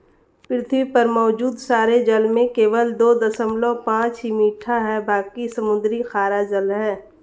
पृथ्वी पर मौजूद सारे जल में केवल दो दशमलव पांच ही मीठा है बाकी समुद्री खारा जल है